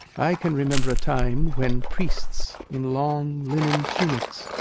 i can remember a time when priests in long, linen tunics,